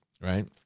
right